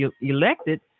elected